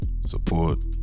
Support